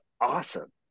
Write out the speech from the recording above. awesome